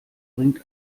bringt